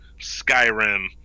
Skyrim